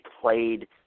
played